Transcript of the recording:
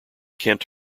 kent